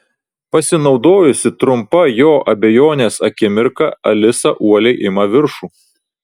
pasinaudojusi trumpa jo abejonės akimirka alisa uoliai ima viršų